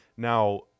Now